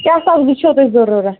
کیٛاہ سبزی چھو تۄہہِ ضٔروٗرَت